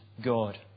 God